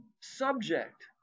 subject